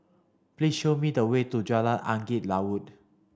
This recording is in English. please show me the way to Jalan Angin Laut